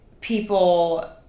people